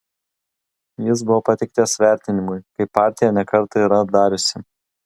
jis buvo pateiktas vertinimui kaip partija ne kartą yra dariusi